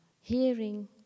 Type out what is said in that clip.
hearing